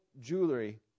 jewelry